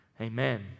Amen